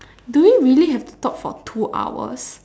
do we really have to talk for two hours